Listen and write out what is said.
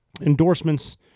endorsements